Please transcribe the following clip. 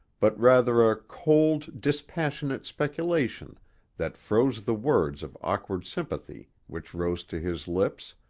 but rather a cold, dispassionate speculation that froze the words of awkward sympathy which rose to his lips,